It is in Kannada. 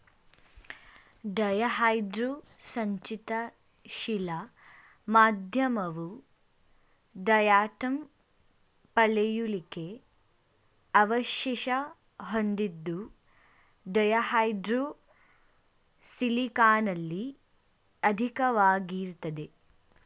ಡಯಾಹೈಡ್ರೋ ಸಂಚಿತ ಶಿಲಾ ಮಾಧ್ಯಮವು ಡಯಾಟಂ ಪಳೆಯುಳಿಕೆ ಅವಶೇಷ ಹೊಂದಿದ್ದು ಡಯಾಹೈಡ್ರೋ ಸಿಲಿಕಾನಲ್ಲಿ ಅಧಿಕವಾಗಿರ್ತದೆ